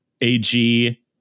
ag